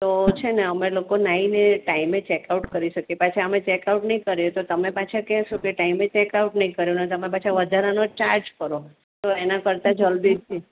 તો છે ને અમે લોકો નાઈને ટાઈમે ચેક આઉટ કરી શકીએ પાછા ટાઈમે ચેકઆઉટ નહીં કરીએ અમે તો તમે પાછા કહેશો કે ટાઈમે ચેક આઉટ નહીં કર્યું અને તમે પાછા વધારાના ચાર્જ કરો તો એના કરતાં જલ્દીથી